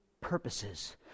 purposes